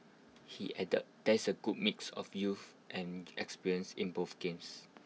he added there is A good mix of youth and experience in both games